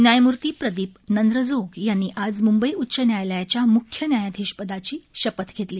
न्यायमूर्ती प्रदीप नंद्रजोग यांनी आज मुंबई उच्च न्यायालयाच्या मुख्य न्यायाधीश पदाची शपथ घेतली